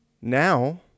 Now